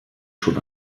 schon